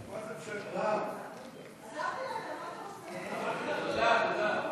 רוזנטל לסעיף 2